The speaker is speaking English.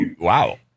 Wow